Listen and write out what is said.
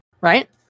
right